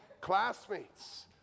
classmates